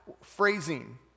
phrasing